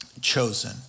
chosen